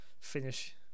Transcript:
finish